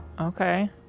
Okay